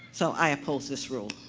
so, i oppose this rule.